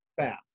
fast